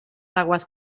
aguas